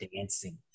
dancing